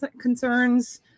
concerns